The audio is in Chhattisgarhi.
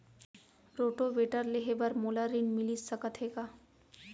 रोटोवेटर लेहे बर मोला ऋण मिलिस सकत हे का?